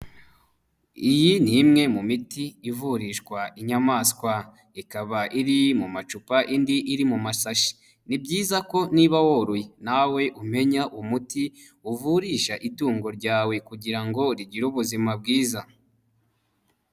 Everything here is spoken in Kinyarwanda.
Iyi ni imwe mu miti ivurishwa inyamaswa, ikaba iri mu macupa indi iri mu masashi, ni byiza ko niba woroye nawe umenya umuti uvurisha itungo ryawe kugira ngo rigire ubuzima bwiza.